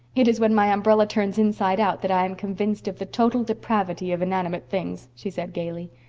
it is when my umbrella turns inside out that i am convinced of the total depravity of inanimate things, she said gaily.